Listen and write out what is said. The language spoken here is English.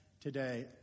today